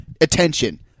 attention